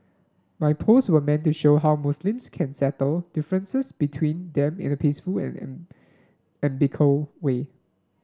my post were meant to show how Muslims can settle differences between them in a peaceful and and amicable way